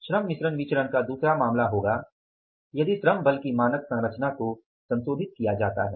श्रम मिश्रण विचरण का दूसरा मामला होगा यदि श्रम बल की मानक संरचना को संशोधित किया जाता है